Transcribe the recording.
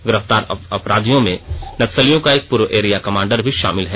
गिरफ्तार अपराधियों में नक्सलियों का एक पूर्व एरिया कमांडर भी शामिल है